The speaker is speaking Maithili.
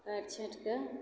काटि छाँटिके